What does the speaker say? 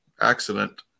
accident